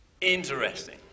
Interesting